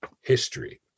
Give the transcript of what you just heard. history